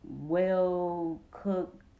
well-cooked